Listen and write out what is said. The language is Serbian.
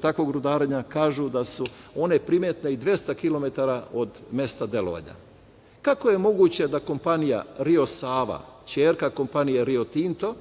takvog rudarenja, kažu da su one primetne i 200 kilometara od mesta delovanja. Kako je moguće da kompanija Rio Sava, ćerka kompanije Rio Tinto